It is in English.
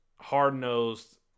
hard-nosed